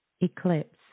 eclipse